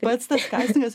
pats tas kastingas